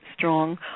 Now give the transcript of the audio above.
Strong